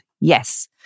Yes